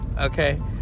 Okay